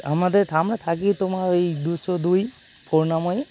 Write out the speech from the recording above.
আমাদের থা আমরা থাকি তোমার ওই দুশো দুই করুণাময়ী